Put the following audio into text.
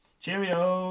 Cheerio